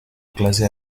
clase